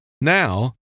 Now